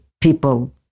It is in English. people